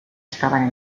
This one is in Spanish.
estaban